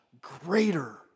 greater